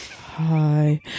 Hi